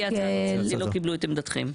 מציעי ההצעה לא קיבלו את עמדתכם.